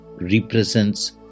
represents